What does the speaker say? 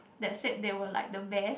that said they were like the best